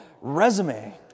resume